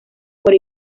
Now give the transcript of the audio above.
por